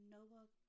Noah